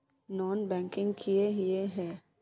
Non banking किए हिये है?